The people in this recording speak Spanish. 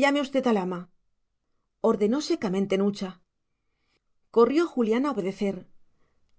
llame usted al ama ordenó secamente nucha corrió julián a obedecer